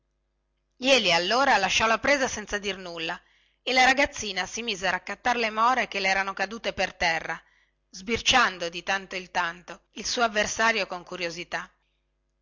jeli allora lasciò la presa dellintutto e la ragazzina si mise a raccattare le more che le erano cadute nella lotta sbirciando di tanto il tanto il suo avversario con curiosità